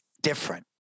different